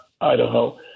Idaho